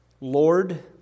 Lord